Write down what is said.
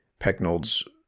Pecknold's